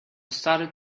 started